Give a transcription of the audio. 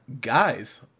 guys